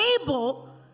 able